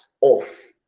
off